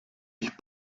ich